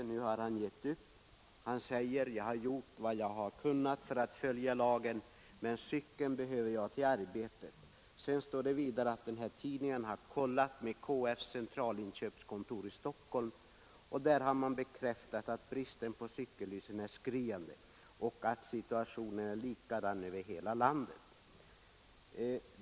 Nu har han givit upp. Han säger: Jag har gjort vad jag kunnat för att följa lagen, men cykeln behöver jag till arbetet. Det står vidare att tidningen har tagit kontakt med KF:s centralinköpskontor i Stockholm, där man har bekräftat att bristen på cykellyktor är skriande och att situationen är likadan över hela landet.